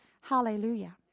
Hallelujah